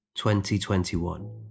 2021